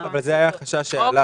אבל זה היה החשש שהועלה.